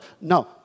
No